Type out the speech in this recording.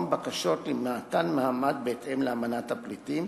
בקשות למתן מעמד בהתאם לאמנת הפליטים,